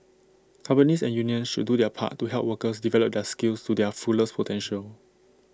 companies and unions should do their part to help workers develop their skills to their fullest potential